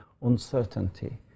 uncertainty